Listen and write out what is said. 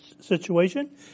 situation